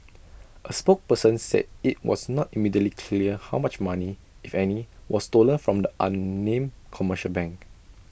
A spokesperson said IT was not immediately clear how much money if any was stolen from the unnamed commercial bank